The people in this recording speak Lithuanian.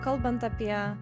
kalbant apie